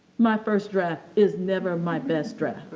my first draft is never my best draft,